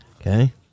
okay